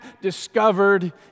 discovered